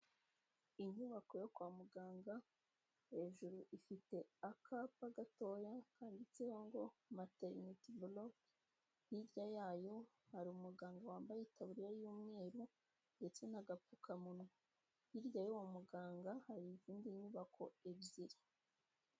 Inyubako yo kwa muganga hejuru ifite akapa gatoya kanditseho ngo materinete buroke, hirya yayo hari umuganga wambaye itaburiya y'umweru ndetse n'agapfukamunwa, hirya y'uwo muganga hari izindi nyubako ebyiri.